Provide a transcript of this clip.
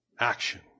action